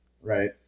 Right